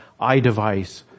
iDevice